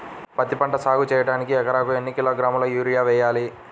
పత్తిపంట సాగు చేయడానికి ఎకరాలకు ఎన్ని కిలోగ్రాముల యూరియా వేయాలి?